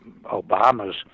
Obama's